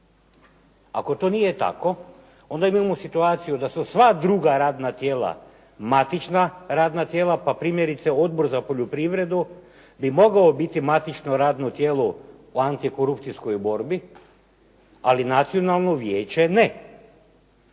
Ako to nije tako, onda imamo situaciju da su sva druga radna tijela matična radna tijela pa primjerice Odbor za poljoprivredu bi moglo biti matično radno tijelo u antikorupcijskoj borbi, ali Nacionalno vijeće ne.